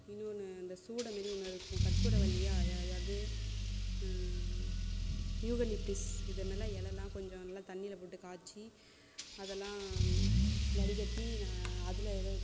இன்னொன்னு இந்த சூடம் மாரி ஒன்று இருக்கும் கற்பூரவல்லியா அது யூகலிப்டிஸ் இது மாரிலாம் எலைலாம் கொஞ்சம் நல்லா தண்ணியில் போட்டு காய்ச்சி அதெல்லாம் வடிகட்டி அதில் எது